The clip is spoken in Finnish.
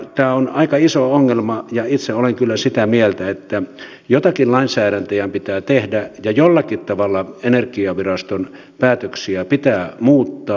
tämä on aika iso ongelma ja itse olen kyllä sitä mieltä että jotakin lainsäätäjän pitää tehdä ja jollakin tavalla energiaviraston päätöksiä pitää muuttaa